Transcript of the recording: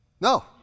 No